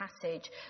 passage